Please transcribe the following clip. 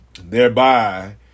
thereby